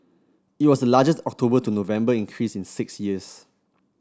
it was the largest October to November increase in six years